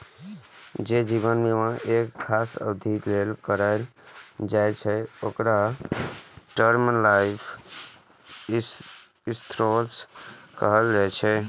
जे जीवन बीमा एक खास अवधि लेल कराएल जाइ छै, ओकरा टर्म लाइफ इंश्योरेंस कहल जाइ छै